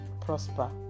prosper